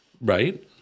Right